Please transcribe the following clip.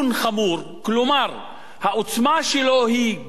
כלומר שהעוצמה שלו גדולה מאוד,